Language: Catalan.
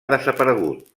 desaparegut